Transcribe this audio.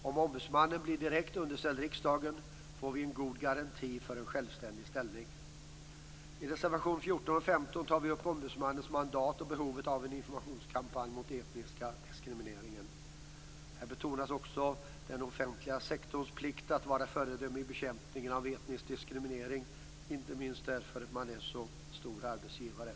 Om ombudsmannen blir direkt underställd riksdagen får vi en god garanti för en självständig ställning. I reservationerna 14 och 15 tar vi upp ombudsmannens mandat och behovet av en informationskampanj mot etnisk diskriminering. Här betonas också den offentliga sektorns plikt att vara föredöme i bekämpningen av etnisk diskriminering, inte minst därför att det är en så stor arbetsgivare.